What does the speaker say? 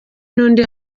n’undi